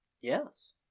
Yes